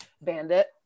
Bandit